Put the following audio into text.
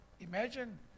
Imagine